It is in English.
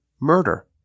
murder